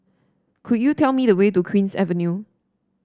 could you tell me the way to Queen's Avenue